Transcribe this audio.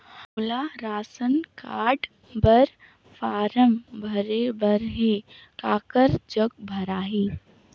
मोला ration card बर form भरे बर हे काकर जग भराही?